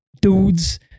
dudes